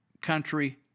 country